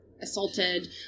assaulted